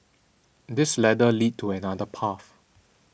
this ladder leads to another path